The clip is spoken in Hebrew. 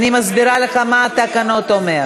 אז אני מסבירה לך מה התקנון אומר.